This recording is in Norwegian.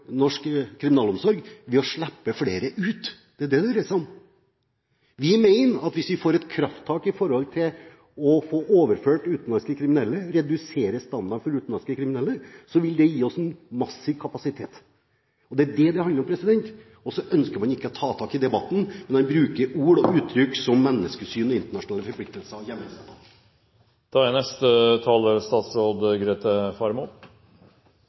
norsk kriminalomsorg ved å slippe flere ut. Det er det det dreier seg om. Vi mener at hvis vi tar et krafttak for å få overført utenlandske kriminelle og reduserer standarden for utenlandske kriminelle, vil det gi oss en massiv kapasitet. Det er det det handler om, men så ønsker man ikke å ta tak i debatten og bruker ord og uttrykk som «menneskesyn» og «internasjonale forpliktelser» til å gjemme seg bak. Jeg har allerede redegjort for hvordan vi har jobbet for å øke kapasiteten, og